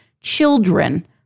children